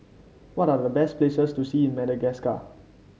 what are the best places to see in Madagascar